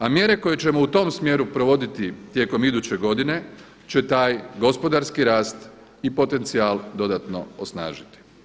A mjere koje ćemo u tom smjeru provoditi tijekom iduće godine će taj gospodarski rast i potencijal dodatno osnažiti.